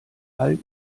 all